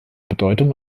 bedeutung